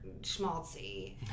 schmaltzy